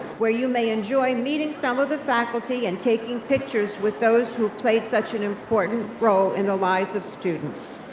where you may enjoy meeting some of the faculty and taking pictures with those who have played such an important role in the lives of students.